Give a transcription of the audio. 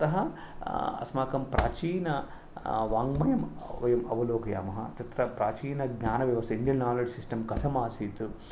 अतः अस्माकं प्राचीनवाङ्गमयं वयम् अवलोकयामः तत्र प्राचीनज्ञानव्यव् इण्डियन् नालेज् सिस्टम् कथम् आसीत्